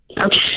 Okay